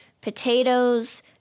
potatoes